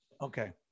Okay